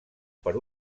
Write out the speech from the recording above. per